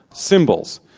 symbols.